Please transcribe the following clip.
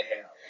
hell